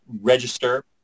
register